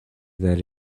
that